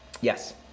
Yes